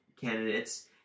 candidates